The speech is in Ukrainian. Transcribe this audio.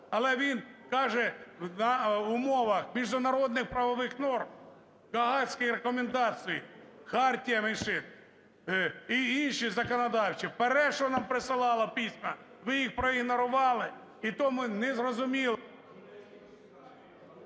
але він каже, в умовах міжнародних правових норм, Гаазьких рекомендацій, Хартії меншин і інші законодавчі… ПАРЄ, що нам присилала, пісьма. Ви їх проігнорували, і тому незрозуміло…